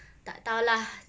tak tahu lah